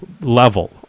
level